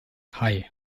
hei